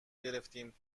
گرفتیم